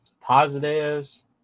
positives